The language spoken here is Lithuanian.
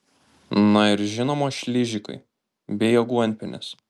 na ir žinoma šližikai bei aguonpienis